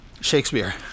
Shakespeare